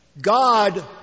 God